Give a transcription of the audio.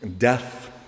Death